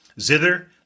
zither